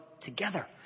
together